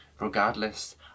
regardless